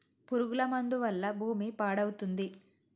పురుగుల మందు వల్ల భూమి పాడవుతుంది